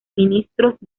ministros